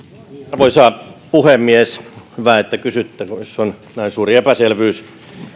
arvoisa puhemies hyvä että kysytte jos on näin suuri epäselvyys